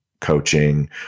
coaching